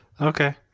Okay